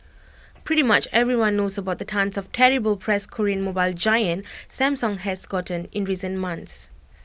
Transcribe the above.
pretty much everyone knows about the tonnes of terrible press Korean mobile giant Samsung has gotten in recent months